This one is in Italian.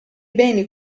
beni